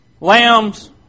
Lambs